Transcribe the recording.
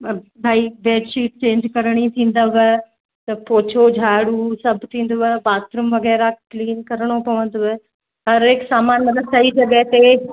भई bedsheet change करिणी थींदव त पोछो झाड़ू सभु थींदव बाथरूम वग़ैरह क्लीन करिणो पवंदव हर हिकु सामानु मतलबु सही जॻह ते